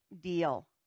deal